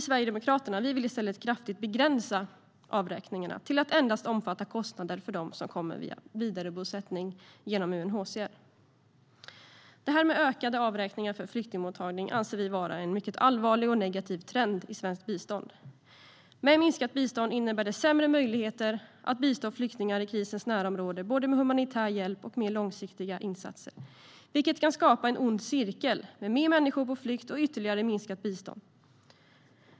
Sverigedemokraterna vill i stället kraftigt begränsa avräkningarna till att endast omfatta kostnaden för dem som kommer via vidarebosättning genom UNHCR. Ökade avräkningar för flyktingmottagning anser vi vara en mycket allvarlig och negativ trend i svenskt bistånd. Med minskat bistånd innebär det sämre möjligheter att bistå flyktingar i krisens närområde både med humanitär hjälp och med långsiktiga insatser, vilket kan skapa en ond cirkel med fler människor på flykt och ytterligare minskat bistånd.